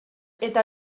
eta